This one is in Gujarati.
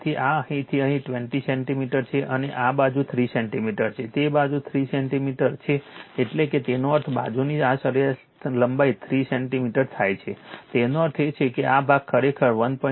તેથી આ અહીંથી અહીં 20 સેન્ટિમીટર છે અને આ બાજુ 3 સેન્ટિમીટર છે તે બાજુ 3 સેન્ટિમીટર છે એટલે કે તેનો અર્થ બાજુની આ સરેરાશ લંબાઈ 3 સેન્ટિમીટર થાય છે તેનો અર્થ એ કે આ ભાગ ખરેખર 1